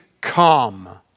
come